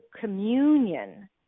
communion